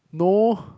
no